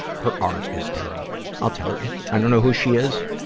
her art is terrible. i'll tell you. i don't know who she is,